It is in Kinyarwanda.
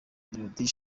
mamelodi